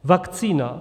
Vakcína.